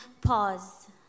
Pause